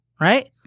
right